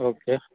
okay